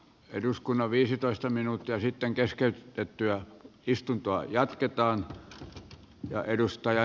eduskunnan viisitoista minuuttia sitten keskeytettyä istuntoa jatketaan ja edustaa